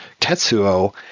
Tetsuo